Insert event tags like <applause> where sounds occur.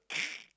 <noise>